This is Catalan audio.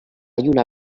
lluna